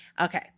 Okay